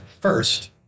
first